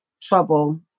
trouble